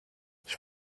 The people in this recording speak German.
ich